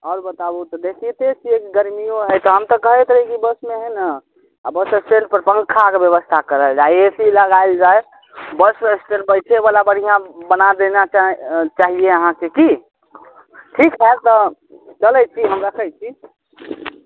आओर बताबू तऽ देखिते छियै गर्मियो हइ हम तऽ कहैत रहि कि बसमे हइ ने आ बस स्टैण्ड पर पङ्खाके ब्यवस्था करल जाइ ए सी लगाइल जै बस स्टैण्ड बैसै बला बढ़िआँ बना देना चा चाहिए अहाँके कि ठीक हय तऽ चलै छी हम रखै छी